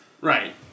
Right